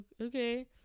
okay